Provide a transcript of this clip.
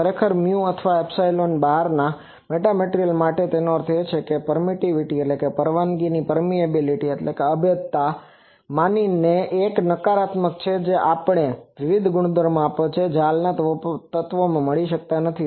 ખરેખર મ્યુ અથવા એપ્સીલોનની બહારના મેટામેટિરલ્સ માટે તેનો અર્થ એ કે પર્મીટીવીટીPermitivityપરવાનગી અને પર્મીએબીલીટી Permeabilityઅભેદ્યતા માની એક નકારાત્મક છે જે આપણને વિવિધ ગુણધર્મો આપે છે જે હાલની તત્વો માં મળતી નથી